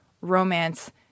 romance